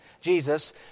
Jesus